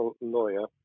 lawyer